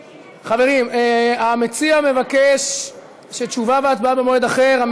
חברים, המציע מבקש תשובה והצבעה במועד אחר.